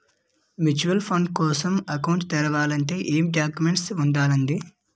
Mutual fund కోసం account తెరవాలంటే ఏమేం డాక్యుమెంట్లు ఉండాలండీ?